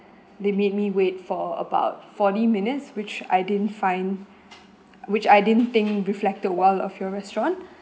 they made me wait for about forty minutes which I didn't find which I didn't think reflected well of your restaurant